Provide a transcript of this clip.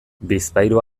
bizpahiru